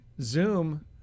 Zoom